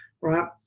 right